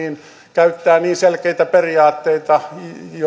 käyttää niin selkeitä periaatteita